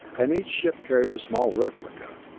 and each ship carried a small replica,